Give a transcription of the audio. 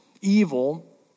evil